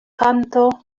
kanto